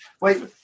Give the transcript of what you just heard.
Wait